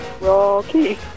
Rocky